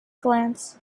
glance